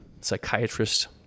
psychiatrist